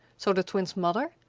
so the twins' mother,